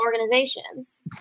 organizations